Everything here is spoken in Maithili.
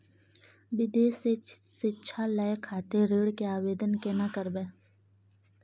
विदेश से शिक्षा लय खातिर ऋण के आवदेन केना करबे?